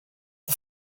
the